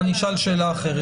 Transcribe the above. או אני אשאל שאלה אחרת,